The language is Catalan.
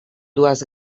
dues